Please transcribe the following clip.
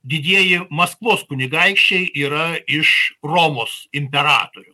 didieji maskvos kunigaikščiai yra iš romos imperatorių